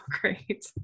great